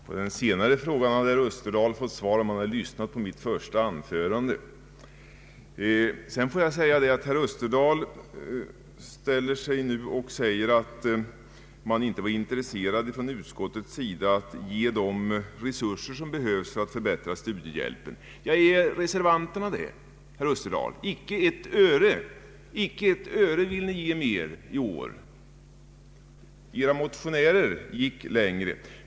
Herr talman! På den senare frågan hade herr Österdahl fått svar om han lyssnat på mitt första anförande. Sedan får jag konstatera att herr Österdahl nu säger att utskottet inte var intresserat av att ge de resurser som behövdes för att förbättra studiehjälpen. Men är reservanterna det, herr Österdahl? Icke ett öre vill ni ge mer i år! Era motionärer gick längre.